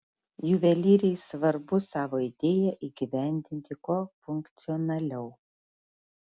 juvelyrei svarbu savo idėją įgyvendinti kuo funkcionaliau